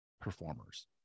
performers